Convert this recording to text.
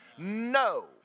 No